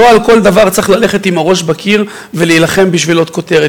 לא על כל דבר צריך ללכת עם הראש בקיר ולהילחם לעוד כותרת.